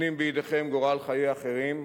נותנים בידיכם גורל חיי אחרים